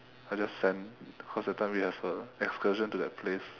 I just send cause that time we have a excursion to that place